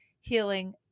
Healing